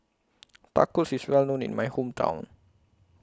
Tacos IS Well known in My Hometown